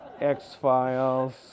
X-Files